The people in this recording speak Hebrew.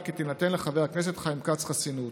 כי תינתן לחבר הכנסת חיים כץ חסינות: